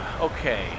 Okay